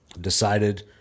decided